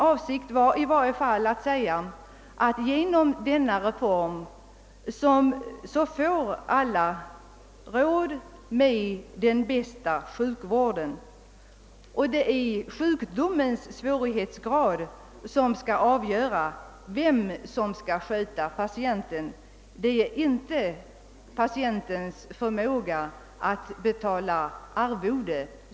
Avsikten var i alla fall att säga att alla genom denna reform får råd med den bästa sjukvården. Det är sjukdomens svårighetsgrad som skall avgöra vem som skall sköta patienten, inte patientens förmåga att betala arvode.